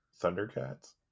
Thundercats